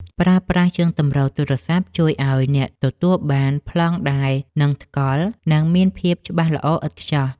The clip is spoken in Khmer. ប្រើប្រាស់ជើងទម្រទូរស័ព្ទជួយឱ្យអ្នកទទួលបានប្លង់ដែលនឹងថ្កល់ និង មានភាពច្បាស់ល្អឥតខ្ចោះ។